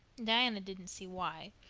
diana didn't see why,